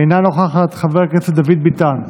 אינה נוכחת, חבר הכנסת דוד ביטן,